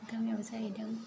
गामियाव जाहैदों